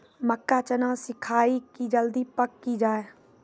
मक्का चना सिखाइए कि जल्दी पक की जय?